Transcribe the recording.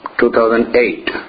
2008